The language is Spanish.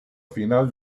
final